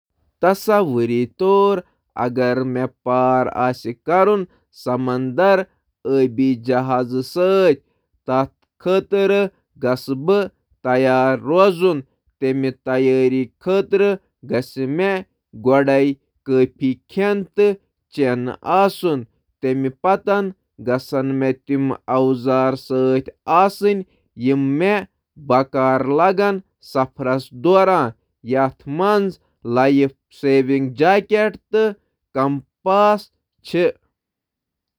تصور کٔرِو، مےٚ چھُ پانہٕ أکِس سیل ناوِ پٮ۪ٹھ سمندرٕ پار کرنٕچ ضروٗرت۔ بہٕ چھُس/چھَس تیٲری کران، بہٕ نِنہٕ کٲفی کھٮ۪ن تہٕ چیٚنہٕ۔ سمندرٕ پار کرنہٕ خٲطرٕ چھِ مےٚ پننہِ حفاظتہٕ خٲطرٕ سیفٹی جیکٹٕچ ضروٗرت۔